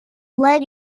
leg